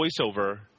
voiceover